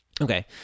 Okay